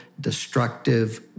destructive